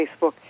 Facebook